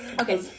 okay